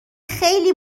خیلی